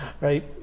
right